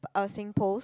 um SingPost